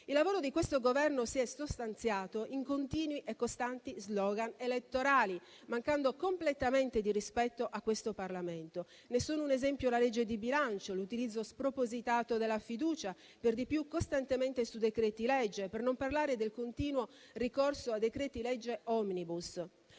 Il lavoro di questo Governo si è sostanziato in continui e costanti *slogan* elettorali, mancando completamente di rispetto a questo Parlamento. Ne sono un esempio la legge di bilancio, l'utilizzo spropositato della fiducia, per di più in maniera costante sui decreti-legge, per non parlare del continuo ricorso a decreti-legge *omnibus*,